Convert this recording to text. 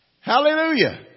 Hallelujah